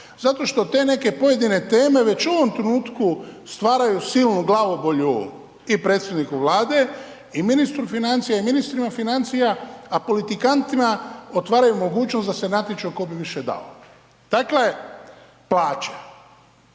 Zato što te neke pojedine teme već u ovom trenutku stvaraju silnu glavobolju i predsjedniku Vlade i ministru financija i ministrima financija a politikantima otvaraju mogućnost da se natječu tko bi više dao. Dakle, plaće,